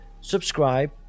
subscribe